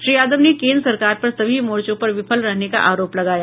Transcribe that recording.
श्री यादव ने केन्द्र सरकार पर सभी मोर्चों पर विफल रहने का आरोप लगाया